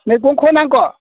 मैगंखौ नांगौ